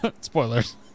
Spoilers